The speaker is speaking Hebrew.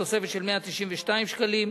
תוספת של 192 שקלים,